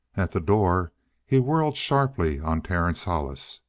at the door he whirled sharply on terence hollis.